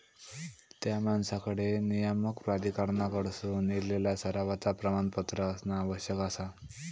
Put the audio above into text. त्या माणसाकडे नियामक प्राधिकरणाकडसून इलेला सरावाचा प्रमाणपत्र असणा आवश्यक आसा